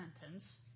sentence